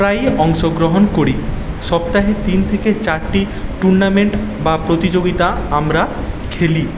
প্রায়ই অংশগ্রহণ করি সপ্তাহে তিন থেকে চারটি টুর্নামেন্ট বা প্রতিযোগিতা আমরা খেলি